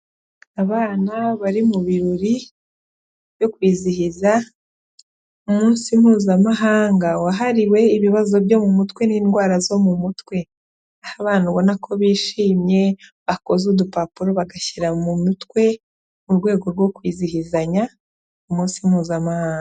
Abana bari mu birori byo kwizihiza umunsi mpuzamahanga wahariwe ibibazo byo mu mutwe n'indwara zo mu mutwe, abana ubona ko bishimye bakoze udupapuro bagashyira mu mutwe mu rwego rwo kwizihizanya umunsi mpuzamahanga.